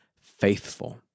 faithful